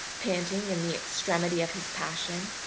panting in the extremity of his passion,